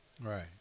Right